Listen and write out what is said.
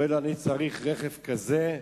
אומר לו: אני צריך רכב כזה,